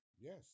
Yes